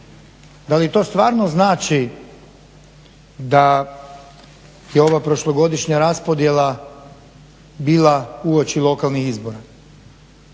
Da li to stvarno znači da je ovo prošlogodišnja raspodjela bila uoči lokalnih izbora